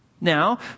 Now